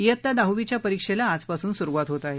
शित्ता दहावीच्या परीक्षेला आजपासून सुरुवात होत आहे